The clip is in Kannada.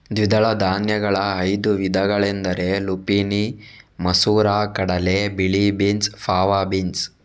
ದ್ವಿದಳ ಧಾನ್ಯಗಳ ಐದು ವಿಧಗಳೆಂದರೆ ಲುಪಿನಿ ಮಸೂರ ಕಡಲೆ, ಬಿಳಿ ಬೀನ್ಸ್, ಫಾವಾ ಬೀನ್ಸ್